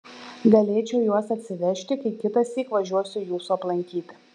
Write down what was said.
galėčiau juos atsivežti kai kitąsyk važiuosiu jūsų aplankyti